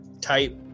type